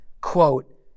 quote